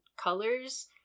colors